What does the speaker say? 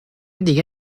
دیگه